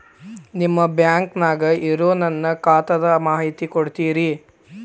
ನಿಮ್ಮ ಬ್ಯಾಂಕನ್ಯಾಗ ಇರೊ ನನ್ನ ಖಾತಾದ ಮಾಹಿತಿ ಕೊಡ್ತೇರಿ?